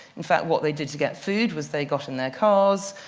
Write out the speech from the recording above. in fact, what they did to get food was they got in their cars,